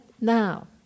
now